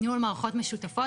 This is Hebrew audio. ניהול מערכות משותפות,